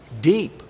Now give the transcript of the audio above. deep